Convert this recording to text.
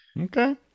Okay